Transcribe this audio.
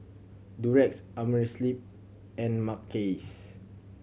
Durex Amerisleep and Mackays